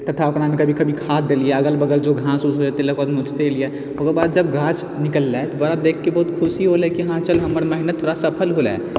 तथा ओकरामे कभी कभी खाद देलियै अगल बगल जो घास उस है ओकरा नोचते हलियै ओकरबाद जब घास निकलै तऽ ओकरा देखके बहुत खुशी होलै कि हाँ चल हमर मेहनत थोड़ा सफल होलै